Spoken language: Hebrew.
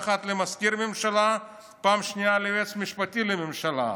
פעם אחת למזכיר ממשלה ופעם שנייה ליועץ משפטי לממשלה.